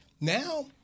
now